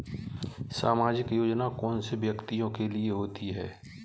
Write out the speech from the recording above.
सामाजिक योजना कौन से व्यक्तियों के लिए होती है?